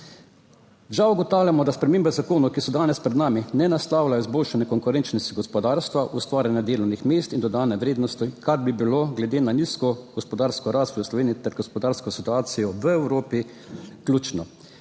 Žal ugotavljamo, da spremembe zakonov, ki so danes pred nami, ne naslavljajo izboljšanja konkurenčnosti gospodarstva, ustvarjanja delovnih mest in dodane vrednosti, kar bi bilo glede na nizko gospodarsko rast v Sloveniji ter gospodarsko situacijo v Evropi ključno.